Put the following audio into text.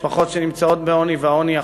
משפחות שנמצאות בעוני,